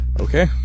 Okay